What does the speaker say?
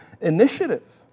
initiative